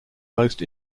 most